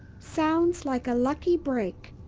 sounds like a lucky break.